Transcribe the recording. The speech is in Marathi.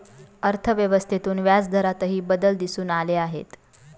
अर्थव्यवस्थेतून व्याजदरातही बदल दिसून आले आहेत